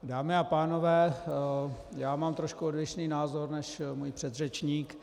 Dámy a pánové, já mám trošku odlišný názor než můj předřečník.